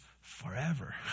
forever